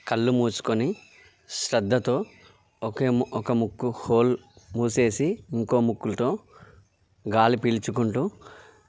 కళ్ళు మూసుకొని శ్రద్ధతో ఒకే ము ఒక ముక్కు హోల్ మూసేసి ఇంకో ముక్కుతో గాలి పీల్చుకుంటూ